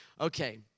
Okay